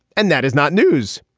and that is not news.